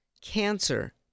Cancer